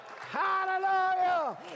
Hallelujah